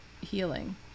healing